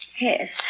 Yes